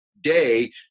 day